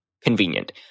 convenient